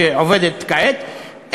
שעובדת כעת,